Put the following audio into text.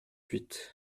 huit